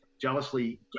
jealously